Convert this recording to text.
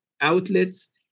outlets